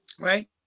right